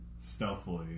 stealthily